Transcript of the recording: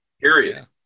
Period